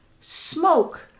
Smoke